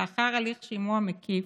לאחר הליך שימוע מקיף,